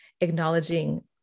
acknowledging